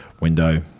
window